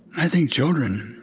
i think children,